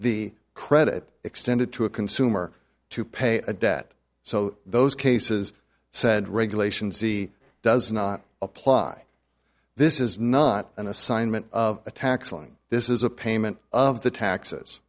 the credit extended to a consumer to pay a debt so those cases said regulation c does not apply this is not an assignment of a tax line this is a payment of the taxes